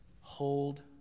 hold